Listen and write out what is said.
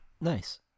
nice